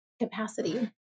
capacity